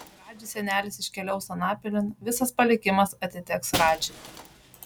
kai radži senelis iškeliaus anapilin visas palikimas atiteks radži